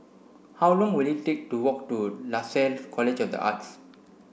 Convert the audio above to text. how long will it take to walk to Lasalle College of the Arts